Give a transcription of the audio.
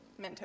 Mentos